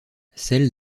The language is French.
celle